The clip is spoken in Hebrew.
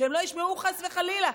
שהם לא ישמעו חס וחלילה,